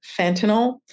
fentanyl